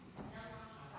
נתקבלו.